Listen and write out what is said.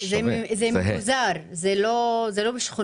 זה מפוזר, זה לא שכונות-שכונות.